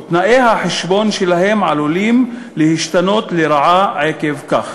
ותנאי החשבון שלהם עלולים להשתנות לרעה עקב כך.